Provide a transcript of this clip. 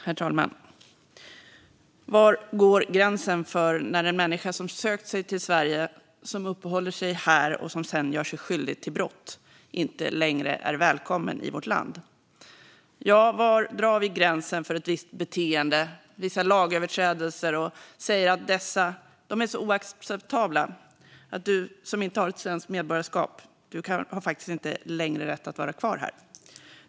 Herr talman! Var går gränsen för när en människa som sökt sig till Sverige, som uppehåller sig här och som sedan gör sig skyldig till brott, inte längre är välkommen i vårt land? Ja, var drar vi gränsen för ett visst beteende, vissa lagöverträdelser, och säger att de är så oacceptabla att du som inte har ett svenskt medborgarskap faktiskt inte längre har rätt att vara kvar här?